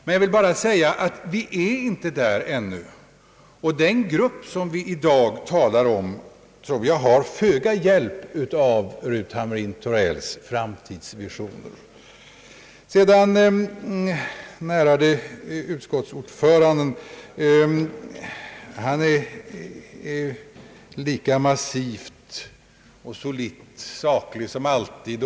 Men vi är inte där ännu, och jag tror att den grupp som vi i dag talar om har föga hjälp av Ruth Hamrin-Thorells framtidsvisioner. Den ärade utskottsordföranden är lika massivt och solitt saklig som alltid.